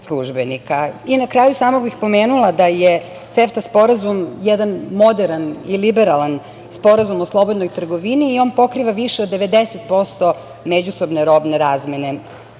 samom kraju, samo bih pomenula da je CEFTA sporazum jedan moderan i liberalan sporazum o slobodnoj trgovini i on pokriva više od 90% međusobne robne razmene